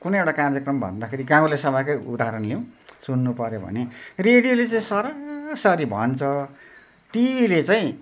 कुनै एउटा कार्यक्रम भन्दाखेरि गाउँले सभाकै उदाहरण लिउँ सुन्नुपऱ्यो भने रेडियोले चाहिँ सरासरी भन्छ टिभीले चाहिँ